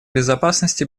безопасности